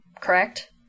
correct